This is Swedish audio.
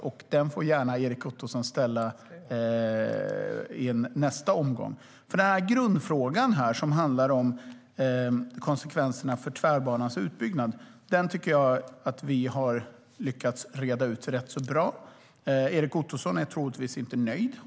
Den interpellationen får Erik Ottoson gärna ställa i nästa omgång. Grundfrågan här, som handlar om konsekvenserna för Tvärbanans utbyggnad, tycker jag att vi har lyckats reda ut rätt så bra. Erik Ottoson är troligtvis inte nöjd.